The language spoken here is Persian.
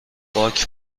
باک